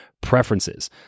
preferences